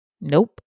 Nope